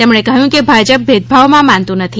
તેમણે કહ્યુકે ભાજપ ભેદભાવમાં માણતું નથી